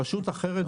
חבר הכנסת אבוטבול,